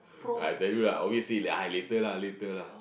I tell you lah obviously ah later lah later lah